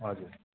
हजुर